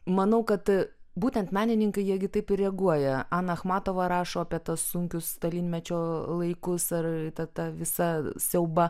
manau kad būtent menininkai jie gi taip ir reaguoja ana achmatova rašo apie tuos sunkius stalinmečio laikus ar tą tą visą siaubą